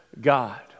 God